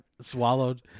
swallowed